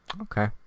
Okay